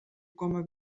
coma